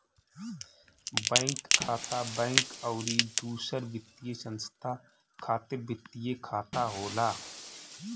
bank खाता, bank अउरी दूसर वित्तीय संस्था खातिर वित्तीय खाता होला